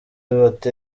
bati